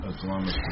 Islamic